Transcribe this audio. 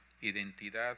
identidad